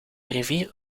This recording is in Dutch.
rivier